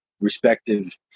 respective